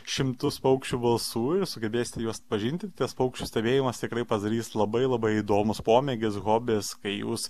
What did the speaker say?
šimtus paukščių balsų ir sugebėsite juos atpažinti tas paukščių stebėjimas tikrai pasidarys labai labai įdomūs pomėgis hobis kai jūs